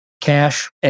cash